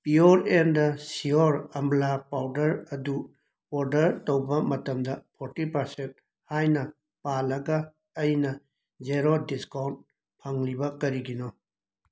pure and sure ꯑꯝꯂꯥ powder ꯑꯗꯨ order ꯇꯧꯕ ꯃꯇꯝꯗ ꯐꯣꯔꯇꯤ ꯄꯥꯔꯁꯦꯟ ꯍꯥꯏꯅ ꯄꯥꯜꯂꯒ ꯑꯩꯅ ꯖꯦꯔꯣ ꯗꯤꯁꯀꯥꯎꯟꯠ ꯐꯪꯂꯤꯕ ꯀꯥꯔꯤꯒꯤꯅꯣ